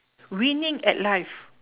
winning at life